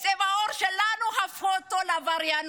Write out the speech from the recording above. את צבע העור שלנו הפכו לעבריינות.